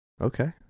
Okay